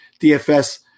DFS